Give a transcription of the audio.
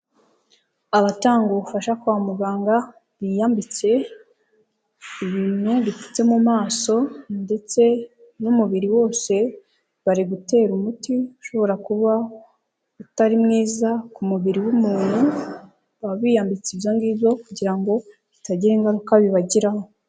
Abatanga ubufasha kwa muganga biyambitse ibinu bipfutse mu maso ndetse n'umubiri wose, bari gutera umuti ushobora kuba utari mwiza ku mubiri w'umuntu, bakaba biyambitse ibyo ngibyo kugira ngo bitagira ingaruka bibagiraho.